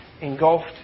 engulfed